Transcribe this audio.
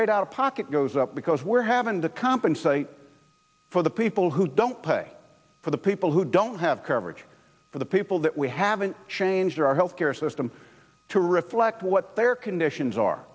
rate out of pocket goes up because we're having to compensate for the people who don't pay for the people who don't have coverage for the people that we haven't changed our health care system to reflect what their conditions are